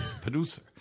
Producer